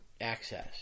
access